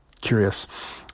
curious